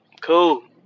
Cool